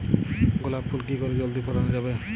গোলাপ ফুল কি করে জলদি ফোটানো যাবে?